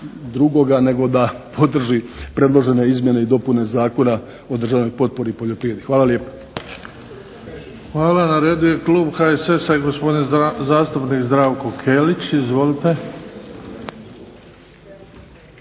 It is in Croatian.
drugoga nego da podrži predložene izmjene i dopune Zakona o državnoj potpori poljoprivredi. Hvala lijepa. **Bebić, Luka (HDZ)** Hvala. Na redu je klub HSS-a i gospodin zastupnik Zdravko Kelić. Izvolite.